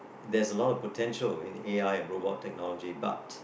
there's a lot of potential in A_I and robot technology but